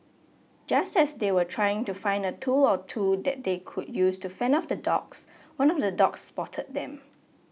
just as they were trying to find a tool or two that they could use to fend off the dogs one of the dogs spotted them